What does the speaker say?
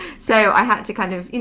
so i had to kind of,